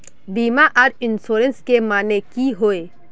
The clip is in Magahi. बीमा आर इंश्योरेंस के माने की होय?